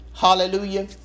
Hallelujah